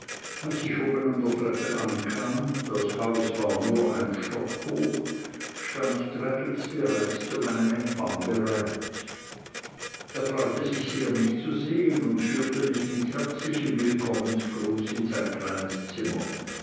als ich oben an der treppe ankam das haus war nur ein stock hoch stand traddles bereits zu meinem empfang bereit er freute sich sehr mich zu sehen und führte mich mit herzlichem willkommengruß in sein kleines zimmer